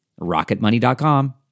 RocketMoney.com